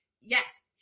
yes